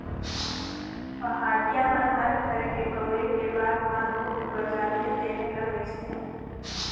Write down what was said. पहाटिया मन ह घर के बउरे के बाद म दूद उबर जाथे तेने ल बेंचथे